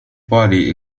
body